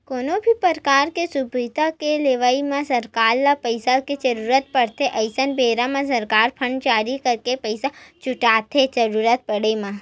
कोनो भी परकार के सुबिधा के देवई म सरकार ल पइसा के जरुरत पड़थे अइसन बेरा म सरकार बांड जारी करके पइसा जुटाथे जरुरत पड़े म